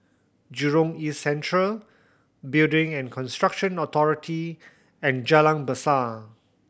Jurong East Central Building and Construction Authority and Jalan Besar